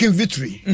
victory